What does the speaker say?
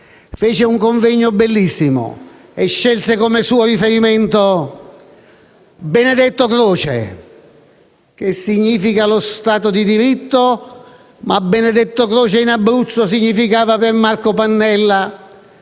fece un convegno bellissimo e scelse come suo riferimento Benedetto Croce, che significa lo Stato di diritto. Benedetto Croce in Abruzzo significava per Marco Pannella